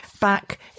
back